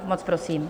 Moc prosím.